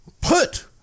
put